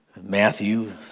Matthew